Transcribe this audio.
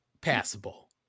passable